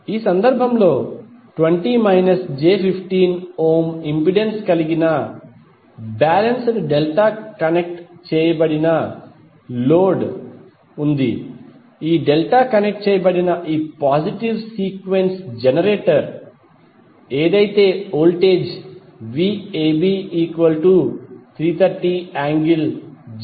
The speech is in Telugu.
ఈ సందర్భంలో ఇంపెడెన్స్ కలిగిన బాలెన్స్డ్ డెల్టా కనెక్ట్ చేయబడిన లోడ్ డెల్టా కనెక్ట్ చేయబడిన పాజిటివ్ సీక్వెన్స్ జెనరేటర్ ఏదైతే వోల్టేజ్ Vab 330∠0 ° V కలిగి ఉంటుంది